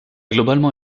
globalement